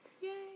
Yay